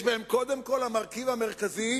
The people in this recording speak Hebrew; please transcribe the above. יש בהם קודם כול המרכיב המרכזי